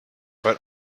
but